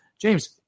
James